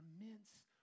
immense